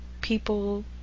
people